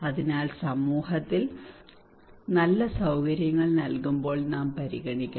അതിനാൽ സമൂഹത്തിൽ നല്ല സൌകര്യങ്ങൾ നൽകുമ്പോൾ നാം പരിഗണിക്കണം